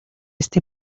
este